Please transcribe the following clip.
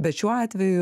bet šiuo atveju